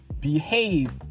behave